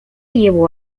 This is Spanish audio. llevó